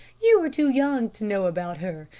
you are too young to know about her,